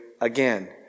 again